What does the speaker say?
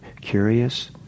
curious